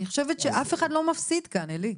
אני חושבת שאף אחד לא מפסיד כאן, עלי.